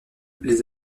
les